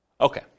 Okay